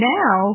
now